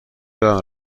یادم